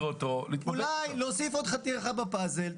אולי להוסיף עוד חתיכה בפאזל,